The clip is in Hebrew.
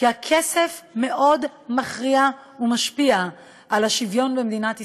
כי הכסף מאוד מכריע ומשפיע על השוויון במדינת ישראל.